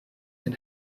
can